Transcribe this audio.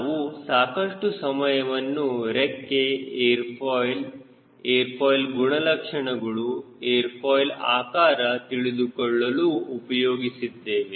ನಾವು ಸಾಕಷ್ಟು ಸಮಯವನ್ನು ರೆಕ್ಕೆ ಏರ್ ಫಾಯ್ಲ್ ಏರ್ ಫಾಯ್ಲ್ ಗುಣಲಕ್ಷಣಗಳು ಏರ್ ಫಾಯ್ಲ್ ಆಕಾರ ತಿಳಿದುಕೊಳ್ಳಲು ಉಪಯೋಗಿಸಿದ್ದೇವೆ